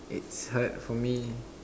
it's hard for me